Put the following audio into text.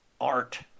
art